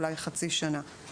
אולי כחצי שנה.